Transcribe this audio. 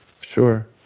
Sure